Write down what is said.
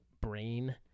brain